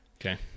okay